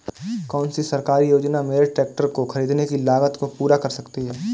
कौन सी सरकारी योजना मेरे ट्रैक्टर को ख़रीदने की लागत को पूरा कर सकती है?